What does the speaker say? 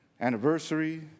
anniversary